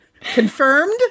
Confirmed